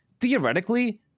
theoretically